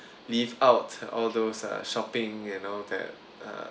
leave out all those uh shopping and all that uh